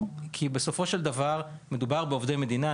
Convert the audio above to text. כי בסופו של דבר מדובר בעובדי מדינה,